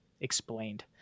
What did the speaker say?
explained